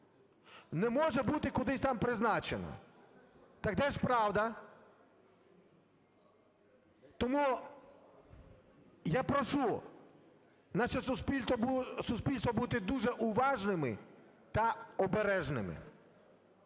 не може бути кудись там призначена. Так де ж правда? Тому я прошу наше суспільство бути дуже уважними та обережними.